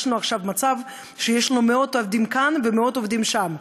יש לנו עכשיו מצב שיש לנו מאות עובדים כאן ומאות עובדים שם.